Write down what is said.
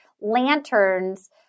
lanterns